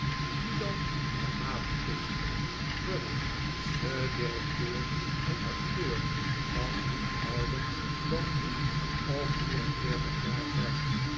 philo dramaticus crummies de directeur en acteur kan niet ouder dan drie of vier en veertig jaar zijn